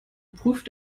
prüft